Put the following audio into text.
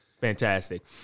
Fantastic